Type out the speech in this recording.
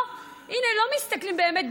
לא מסתכלים באמת,